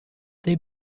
they